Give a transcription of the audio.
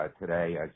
today